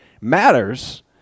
matters